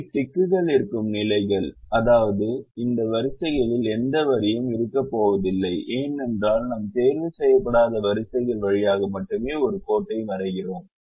இவை டிக்குகள் இருக்கும் நிலைகள் அதாவது இந்த வரிசைகளில் எந்த வரியும் இருக்கப்போவதில்லை ஏனென்றால் நாம் தேர்வு செய்யப்படாத வரிசைகள் வழியாக மட்டுமே ஒரு கோட்டை வரைகிறோம்